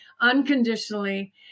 unconditionally